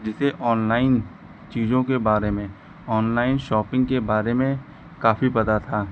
जिसे ऑनलाइन चीज़ों के बारे में ऑनलाइन शौपिंग के बारे में काफी पता था